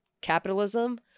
capitalism